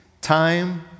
time